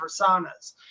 personas